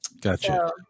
gotcha